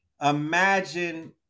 imagine